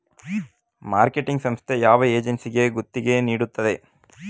Marketing ಸಂಸ್ಥೆ ಯಾವ ಏಜೆನ್ಸಿಗೆ ಗುತ್ತಿಗೆ ನೀಡುತ್ತದೆ?